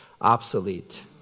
obsolete